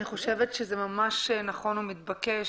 אני חושבת שזה ממש נכון ומתבקש.